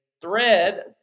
thread